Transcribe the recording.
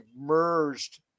merged